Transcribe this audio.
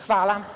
Hvala.